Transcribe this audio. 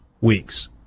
weeks